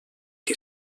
que